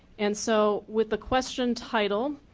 and so with the question title,